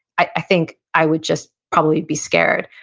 i think i would just probably be scared.